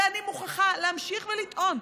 ואני מוכרחה להמשיך ולטעון,